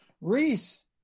Reese